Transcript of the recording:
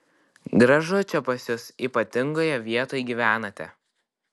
gražu čia pas jus ypatingoje vietoj gyvenate